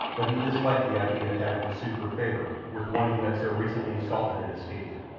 but he disliked the idea of having to sue for favour with one who had so recently assaulted and escaped him.